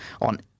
on